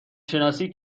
شناسی